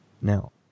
Now